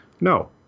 No